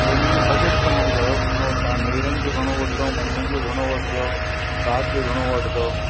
त इन्हीअ में बजेट तव्हां ॿुधायो घणो तव्हां नेरनि जो घणो वठंदा मंझंदि जो वठिजो राति जो घणो वठंदा